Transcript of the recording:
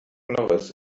norris